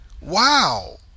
wow